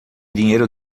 dinheiro